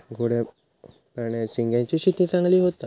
गोड्या पाण्यात झिंग्यांची शेती चांगली होता